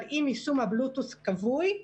אבל אם יישום הבלוטות' כבוי,